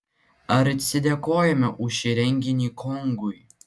ar atsidėkojame už šį renginį kongui